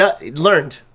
learned